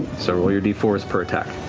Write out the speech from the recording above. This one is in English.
so roll your d four s per attack.